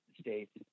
states